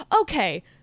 Okay